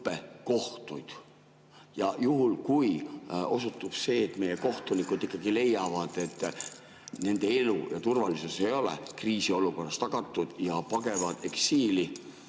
õppekohtuid. Ja juhul, kui osutub, et meie kohtunikud ikkagi leiavad, et nende elu ja turvalisus ei ole kriisiolukorras tagatud, ning pagevad eksiili,